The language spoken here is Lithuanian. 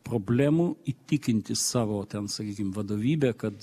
problemų įtikinti savo ten sakykim vadovybę kad